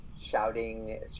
shouting